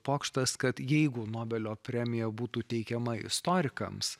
pokštas kad jeigu nobelio premija būtų teikiama istorikams